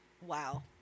wow